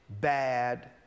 bad